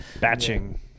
Batching